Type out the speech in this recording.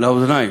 לאוזניים,